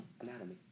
Anatomy